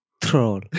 Troll